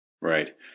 Right